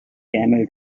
camel